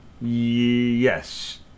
yes